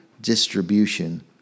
distribution